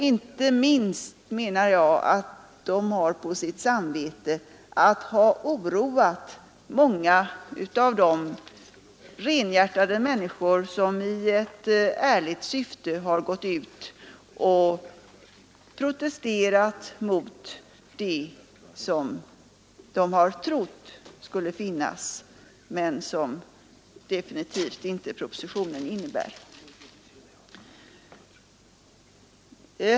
Inte minst menar jag att de har på sitt samvete att ha oroat många renhjärtade människor som i ett ärligt syfte har gått ut och protesterat mot det som de har trott skulle finnas i propositionen men som den absolut inte innehåller.